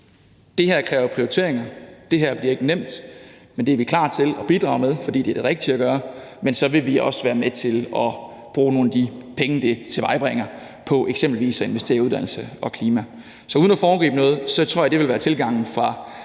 Det her kræver prioriteringer, det her bliver ikke nemt, men det er vi klar til at bidrage til, fordi det er det rigtige at gøre, men så vil vi også være med til at bruge nogle af de penge, det tilvejebringer, på eksempelvis at investere i uddannelse og klima. Så uden at foregribe noget tror jeg, det vil være tilgangen fra